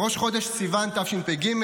בראש חודש סיוון תשפ"ג,